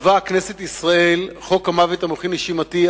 קבעה כנסת ישראל בחוק המוות המוחי-נשימתי,